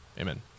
Amen